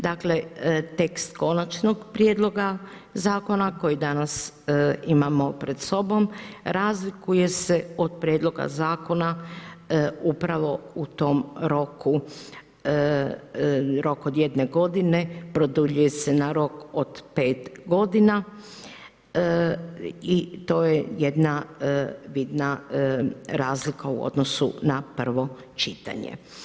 Dakle, tekst konačnog prijedloga zakona koji danas imamo pred sobom, razlikuje se od prijedloga zakona upravo u tom roku, rok od 1 g. produljuje se na rok od 5 g. i to je jedna bitna razlika u odnosu na prvo čitanje.